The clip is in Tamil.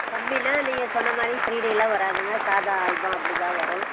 கம்மினால் நீங்கள் சொன்னமாதிரி த்ரீ டியெல்லாம் வராதுங்க சாதா ஆல்பம் அப்படி தான் வரும்